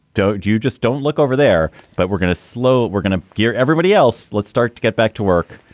don't you just don't look over there, but we're going to slow. we're gonna give everybody else. let's start to get back to work,